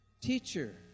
Teacher